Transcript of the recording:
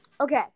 Okay